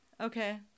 Okay